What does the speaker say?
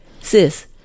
Sis